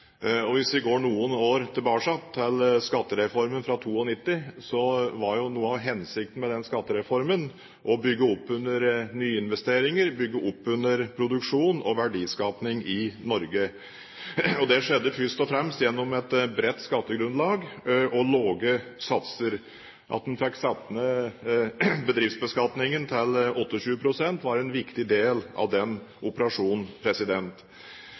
innovasjon. Hvis vi går noen år tilbake, til skattereformen fra 1992, var jo noe av hensikten med den skattereformen å bygge opp under nyinvesteringer, bygge opp under produksjon og verdiskaping i Norge. Det skjedde først og fremst gjennom et bredt skattegrunnlag og lave satser. At en fikk satt ned bedriftsbeskatningen til 28 pst., var en viktig del av den operasjonen.